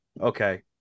okay